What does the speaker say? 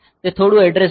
તે થોડું એડ્રેસેબલ છે